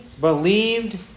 believed